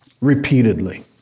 repeatedly